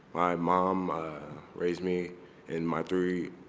my mom raised me and my three